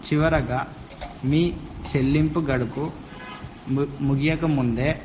చివరిగా మీ చెల్లింపు గడుపు ము ముగియక ముందే